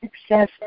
success